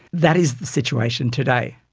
that is the situation today.